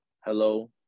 hello